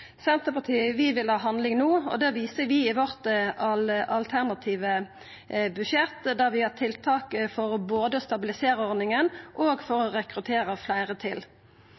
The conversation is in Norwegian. Senterpartiet vil ha handling no, og det viser vi i vårt alternative budsjett, der vi har tiltak både for å stabilisera ordninga og for å rekruttera fleire til